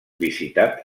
visitat